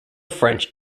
french